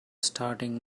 starting